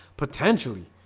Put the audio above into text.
potentially